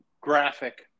graphic